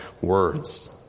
words